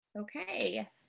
Okay